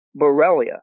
Borrelia